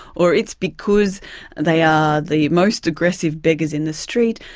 or it's because they are the most aggressive beggars in the street.